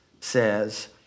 says